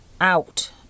out